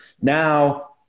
Now